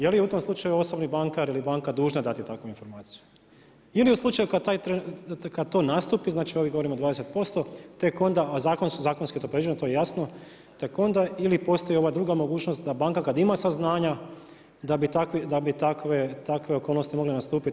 Jeli u tom slučaju osobni bankar ili banka dužna dati takvu informaciju ili u slučaju kada to nastupi, znači govorim o ovih 20%, tek onda, a zakonski je to predviđeno to je jasno, tek onda ili postoji ova druga mogućnost da banka kada ima saznanja da bi takve okolnosti mogle nastupiti?